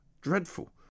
dreadful